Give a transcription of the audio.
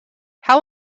how